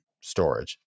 storage